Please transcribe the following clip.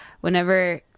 whenever